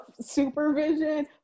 supervision